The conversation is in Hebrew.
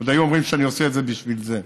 עוד היו אומרים שאני עושה את זה בשביל זה.